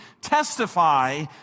testify